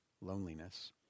loneliness